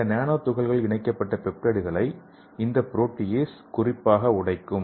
இந்த நானோ துகள்களில் இணைக்கப்பட்ட பெப்டைட்களை இந்த ப்ரோடியேஸ் குறிப்பாக உடைக்கும்